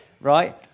right